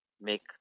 make